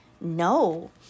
no